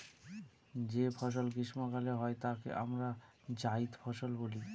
যে ফসল গ্রীস্মকালে হয় তাকে আমরা জাইদ ফসল বলি